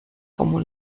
como